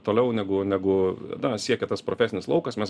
toliau negu negu na siekia tas profesinis laukas mes